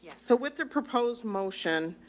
so with their proposed motion,